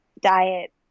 diet